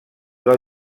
del